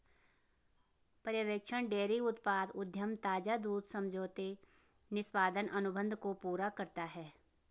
पर्यवेक्षण डेयरी उत्पाद उद्यम ताजा दूध समझौते निष्पादन अनुबंध को पूरा करता है